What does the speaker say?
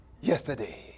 yesterday